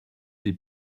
des